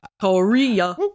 Korea